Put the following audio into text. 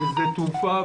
בשדה תעופה,